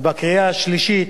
ובקריאה השלישית,